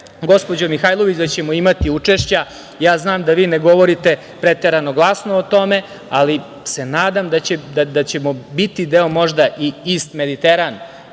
gospođo Mihajlović da ćemo imati učešća, ja znam da vi ne govorite preterano glasno o tome, ali se nadam da ćemo biti deo možda i „Ist Mediteran“